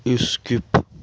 skip